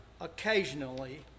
occasionally